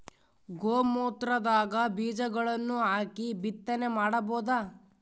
ಗೋ ಮೂತ್ರದಾಗ ಬೀಜಗಳನ್ನು ಹಾಕಿ ಬಿತ್ತನೆ ಮಾಡಬೋದ?